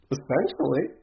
Essentially